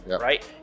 right